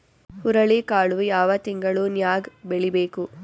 ಹುರುಳಿಕಾಳು ಯಾವ ತಿಂಗಳು ನ್ಯಾಗ್ ಬೆಳಿಬೇಕು?